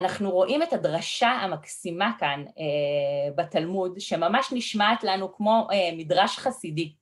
אנחנו רואים את הדרשה המקסימה כאן בתלמוד, שממש נשמעת לנו כמו מדרש חסידי.